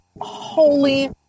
holy